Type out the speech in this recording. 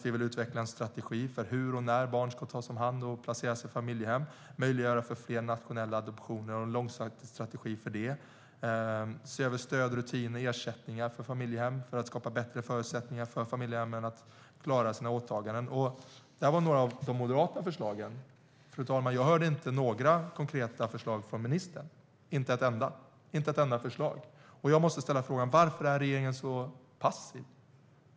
Vi vill utveckla en strategi för hur och när barn ska tas om hand och placeras i familjehem, och vi vill möjliggöra för fler nationella adoptioner och skapa en långsiktig strategi för det. Vi vill se över stöd, rutiner och ersättningar för familjehem för att skapa bättre förutsättningar för familjehemmen att klara sina åtaganden. Det är några av de moderata förslagen, fru talman, men jag hörde inga konkreta förslag från ministern - inte ett enda. Jag måste ställa frågan: Varför är regeringen så passiv?